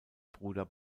bruder